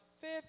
fifth